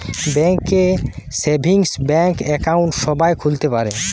bank এ savings bank account সবাই খুলতে পারে